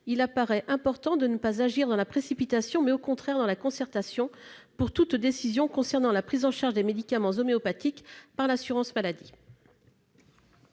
il apparaît important de ne pas agir dans la précipitation, mais, au contraire, de privilégier la concertation pour la prise de toute décision concernant la prise en charge des médicaments homéopathiques par l'assurance maladie.